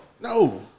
No